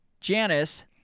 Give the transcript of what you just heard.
Janice